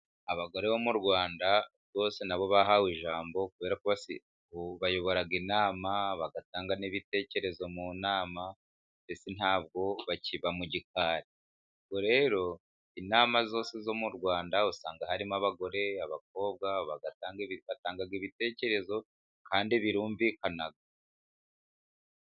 Abagore bo mu Rwanda bose na bo bahawe ijambo kuberako bayobora inama bagatanga n'ibitekerezo mu nama, mbese ntabwo bakiba mu gikari, ubwo rero inama zose zo mu Rwanda usanga harimo abagore ,abakobwa, batanga ibitekerezo kandi birumvikana.